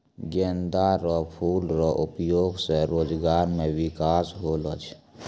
गेंदा रो फूल रो उपयोग से रोजगार मे बिकास होलो छै